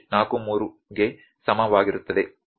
43 ಗೆ ಸಮಾನವಾಗಿರುತ್ತದೆ